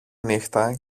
νύχτα